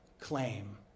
claim